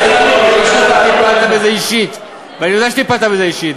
תמתינו שוועדת אורלי,